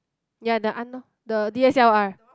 ya the aunt oh the D_S_L_R